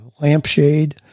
lampshade